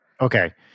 Okay